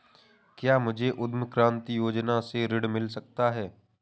क्या मुझे उद्यम क्रांति योजना से ऋण मिल सकता है?